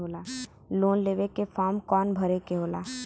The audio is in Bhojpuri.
लोन लेवे के फार्म कौन भरे के होला?